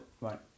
Right